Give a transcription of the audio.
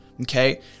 Okay